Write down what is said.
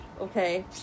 okay